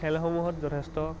খেলসমূহত যথেষ্ট